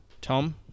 Tom